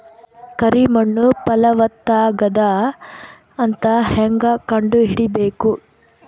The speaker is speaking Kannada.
ಕರಿ ಮಣ್ಣು ಫಲವತ್ತಾಗದ ಅಂತ ಹೇಂಗ ಕಂಡುಹಿಡಿಬೇಕು?